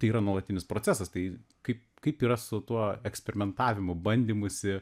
tai yra nuolatinis procesas tai kaip kaip yra su tuo eksperimentavimu bandymusi